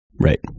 right